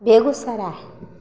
Begusarai